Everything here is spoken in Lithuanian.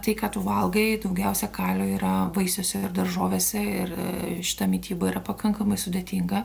tai ką tu valgai daugiausia kalio yra vaisiuose ir daržovėse ir šita mityba yra pakankamai sudėtinga